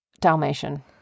Dalmatian